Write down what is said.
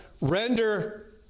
render